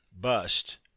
bust